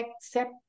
accept